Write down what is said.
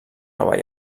nova